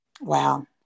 Wow